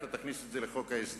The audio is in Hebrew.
אתה תכניס את זה לחוק ההסדרים,